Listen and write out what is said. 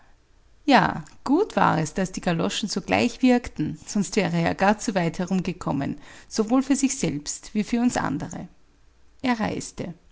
ja gut war es daß die galoschen sogleich wirkten sonst wäre er gar zu weit herumgekommen sowohl für sich selbst wie für uns andere er reiste